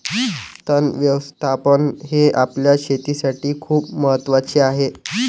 तण व्यवस्थापन हे आपल्या शेतीसाठी खूप महत्वाचे आहे